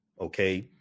okay